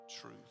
truth